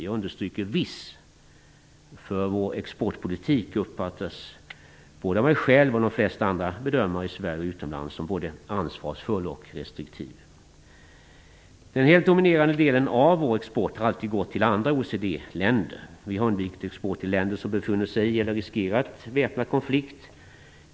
Jag poängterar "viss", för vår exportpolitik uppfattas både av mig själv och av de flesta andra bedömare i Sverige och utomlands som både ansvarsfull och restriktiv. Den helt dominerande delen av vår export har alltid gått till andra OECD-länder. Vi har undvikit export till länder som befunnit sig eller riskerat att hamna i väpnad konflikt.